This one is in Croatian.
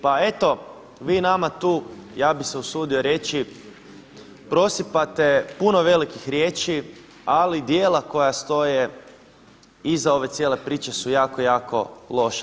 Pa eto vi nama tu, ja bi se usudio reći prosipate puno velikih riječi, ali djela koja stoje iza ove cijele priče su jako, jako loša.